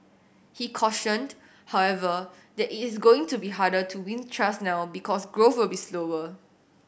he cautioned however that it is going to be harder to win trust now because growth will be slower